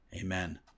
Amen